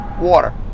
water